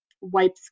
wipes